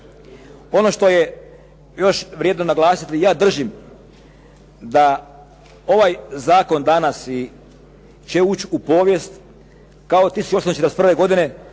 Ono što je još vrijedno naglasiti, ja držim da ovaj zakon danas će ući u povijest kao i 1841. godine